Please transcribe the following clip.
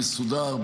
מסודר,